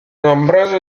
nombreuse